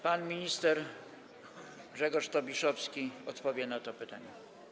Pan minister Grzegorz Tobiszowski odpowie na to pytanie.